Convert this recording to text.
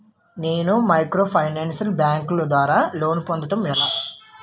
నేను మైక్రోఫైనాన్స్ బ్యాంకుల ద్వారా లోన్ పొందడం ఎలా?